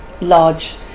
large